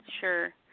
Sure